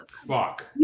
fuck